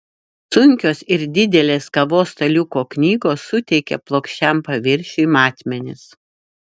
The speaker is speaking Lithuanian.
sunkios ir didelės kavos staliuko knygos suteikia plokščiam paviršiui matmenis